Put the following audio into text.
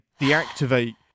deactivate